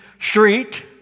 street